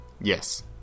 Yes